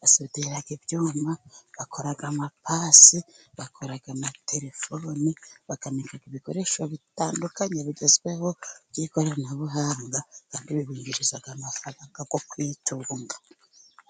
basudira ibyuma, bakora amapasi bakora na telefoni, bakanika ibikoresho bitandukanye bigezweho by'ikoranabuhanga, kandi bibinjiriza amafaranga yo kwitunga.